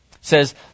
Says